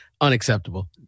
unacceptable